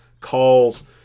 calls